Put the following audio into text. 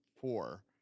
four